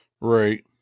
Right